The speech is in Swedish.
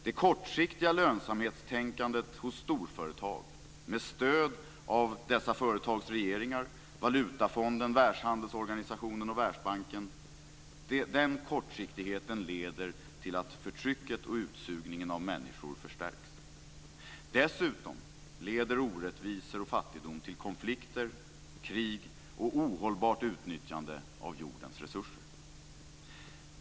Det kortsiktiga lönsamhetstänkandet hos storföretag, med stöd av dessa företags regeringar, Valutafonden, Världshandelsorganisationen och Världsbanken, leder till att förtrycket och utsugningen av människor förstärks. Dessutom leder orättvisor och fattigdom till konflikter, krig och ohållbart utnyttjande av jordens resurser.